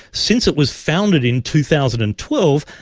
since it was founded in two thousand and twelve,